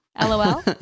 LOL